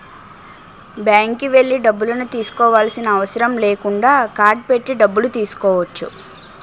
బ్యాంక్కి వెళ్లి డబ్బులను తీసుకోవాల్సిన అవసరం లేకుండా కార్డ్ పెట్టి డబ్బులు తీసుకోవచ్చు